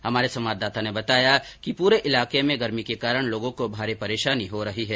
हमारे संवाददाता ने बताया कि पूरे इलाके में गर्मी के कारण लोगों को भारी परेशानी हो रही है